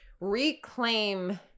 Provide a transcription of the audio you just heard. reclaim